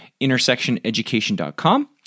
intersectioneducation.com